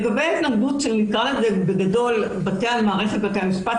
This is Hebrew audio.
לגבי ההתנגדות של מערכת בתי המשפט,